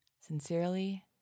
Sincerely